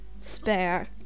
spare